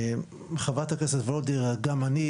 חברת הכנסת וולדיגר וגם אני,